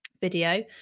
Video